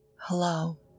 Hello